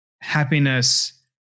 happiness